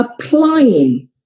applying